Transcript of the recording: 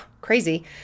crazy